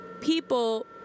people